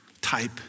type